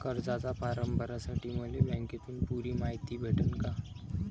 कर्जाचा फारम भरासाठी मले बँकेतून पुरी मायती भेटन का?